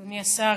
אדוני השר,